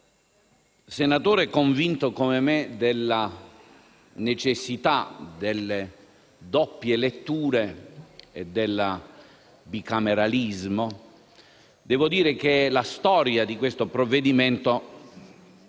senatore convinto come me della necessità delle doppie letture e del bicameralismo, devo dire che la storia di questo provvedimento